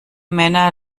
männer